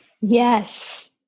Yes